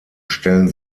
stellen